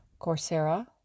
Coursera